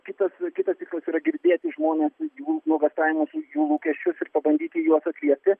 kitas kitas tikslas yra girdėti žmones jų nuogąstavimus jų lūkesčius ir pabandyti juos atliepti